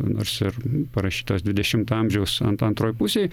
nors ir parašytos dvidešimto amžiaus an antroj pusėj